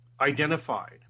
identified